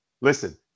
Listen